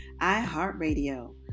iHeartRadio